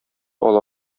ала